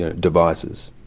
ah devices.